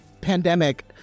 pandemic